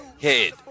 head